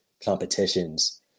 competitions